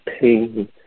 pain